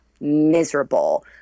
miserable